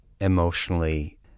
emotionally